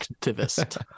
activist